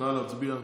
נא להצביע.